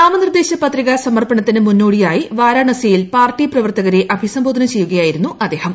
നാമനിർദ്ദേശപത്രികാ സമർപ്പണത്തിന് മുന്നോടിയായി വാരാണസിയിൽ പാർട്ടി പ്രവർത്തകരെ അഭിസംബോധന ചെയ്യുകയായിരുന്നു അദ്ദേഹം